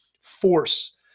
force